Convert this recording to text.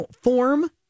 form